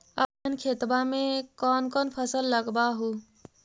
अपन खेतबा मे कौन कौन फसल लगबा हू?